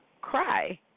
cry